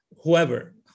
whoever